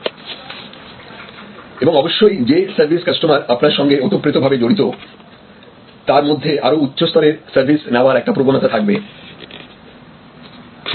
এবং অবশ্যই যে সার্ভিস কাস্টমার আপনার সঙ্গে ওতপ্রোত ভাবে জড়িত তার মধ্যে আরো উচ্চস্তরের সার্ভিস নেওয়ার একটা প্রবণতা থাকবে